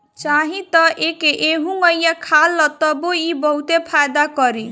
चाही त एके एहुंगईया खा ल तबो इ बहुते फायदा करी